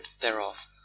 thereof